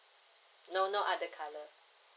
no no other colour